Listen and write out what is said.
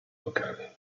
locale